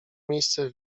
miejsce